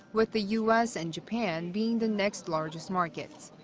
with the u s. and japan being the next largest markets.